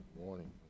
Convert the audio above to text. morning